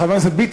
חבר הכנסת ביטן,